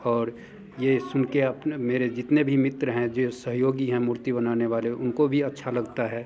और ये सुन के अपने मेरे जितने भी मित्र हैं जो सहयोगी हैं मूर्ति बनाने वाले उनको भी अच्छा लगता है